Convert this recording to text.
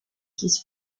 his